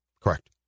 Correct